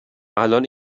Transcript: الان